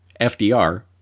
FDR